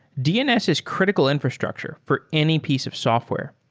dns is critical infrastructure for any piece of software.